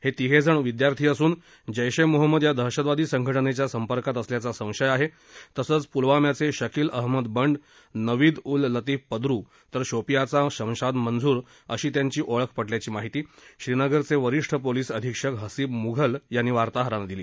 हे तिघे जण विद्यार्थी असून जैश ए मोहम्मद या दहशतवादी संघटनेच्या संपर्कात असल्याचा संशय आहे तसंच पुलवाम्याचे शकिल अहमद बंड नविद उल लतीफ पद्रू तर शोपियाचा शमशाद मंझूर अशी त्यांची ओळख पटल्याची माहिती श्रीनगर चे वरिष्ठ पोलीस अधीक्षक हसीब मुघल यांनी वार्ताहरांना दिली